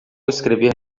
escrever